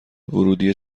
ورودیه